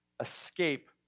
escape